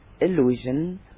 illusion